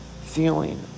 feeling